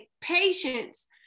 patience